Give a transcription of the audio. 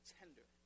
tender